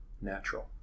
natural